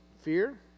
fear